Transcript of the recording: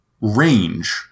range